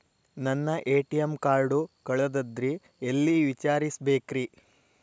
ನನ್ನ ATM card ಕಳದದ್ರಿ ಎಲ್ಲಿ ವಿಚಾರಿಸ್ಬೇಕ್ರಿ?